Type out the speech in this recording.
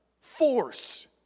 force